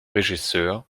regisseur